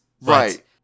Right